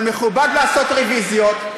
אבל מכובד לעשות רוויזיות,